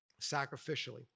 sacrificially